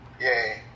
Yay